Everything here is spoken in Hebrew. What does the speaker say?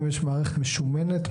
היום יש מערכת משומנת,